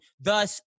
Thus